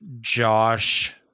Josh